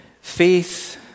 Faith